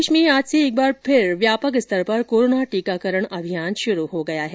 प्रदेश में आज से एक बार फिर व्यापक स्तर पर कोरोना टीकाकरण अभियान शुरू हो गया है